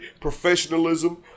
professionalism